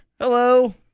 hello